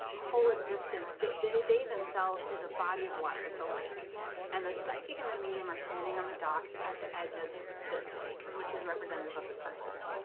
whole existence that they they themselves is a body of water. it's a lake and the psychic and the medium are standing on the dock at the edge of this lake which is representative of the person.